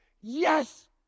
yes